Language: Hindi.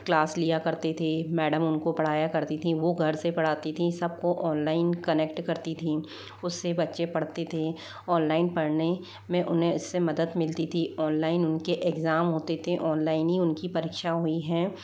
क्लास लिया करते थे मैडम उनको पढ़ाया करती थीं वो घर से पढ़ाती थीं सबको ऑनलाइन कनेक्ट करती थीं उससे बच्चे पढ़ते थे ऑनलाइन पढ़ने में उन्हें इससे मदद मिलती थी ऑनलाइन उनके एक्ज़ाम होते थे ऑनलाइन ही उनकी परीक्षा हुई हैं